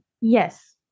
yes